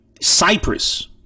Cyprus